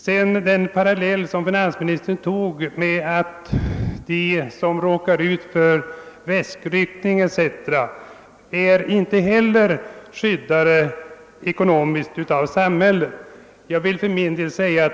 Finansministern tog som en parallell att de som råkar ut för väskryckning etc. inte heller är skyddade ekonomiskt av samhället.